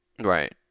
Right